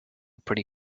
pretty